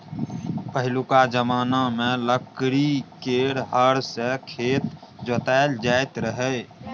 पहिनुका जमाना मे लकड़ी केर हर सँ खेत जोताएल जाइत रहय